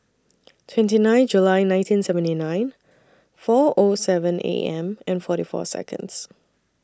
twenty nine July nineteen seventy nine four O seven A M and forty four Seconds